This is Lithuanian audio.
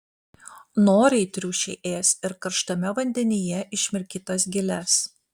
noriai triušiai ės ir karštame vandenyje išmirkytas giles